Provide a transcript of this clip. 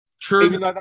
True